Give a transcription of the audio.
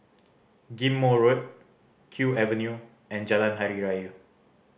Ghim Moh Road Kew Avenue and Jalan Hari Raya